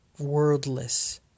worldless